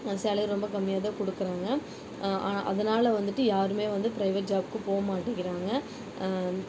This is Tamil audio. அந்த சாலரி ரொம்ப கம்மியாக தான் கொடுக்கறாங்க அதனால் வந்துவிட்டு யாருமே வந்து ப்ரைவேட் ஜாபுக்கு போக மாட்டேங்கிறாங்க